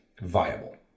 viable